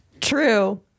True